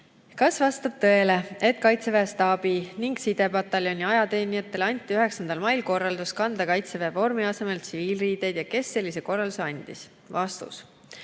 Kas vastab tõele, et Kaitseväe staabi- ja sidepataljoni ajateenijatele anti 9. mail korraldus kanda Kaitseväe vormi asemel tsiviilriideid ja kes sellise korralduse andis? 7.